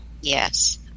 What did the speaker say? Yes